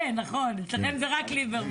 אצלכם כן, נכון, אצלכם זה רק ליברמן.